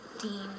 Dean